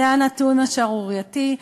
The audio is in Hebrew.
זה הנתון השערורייתי,